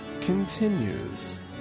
continues